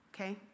okay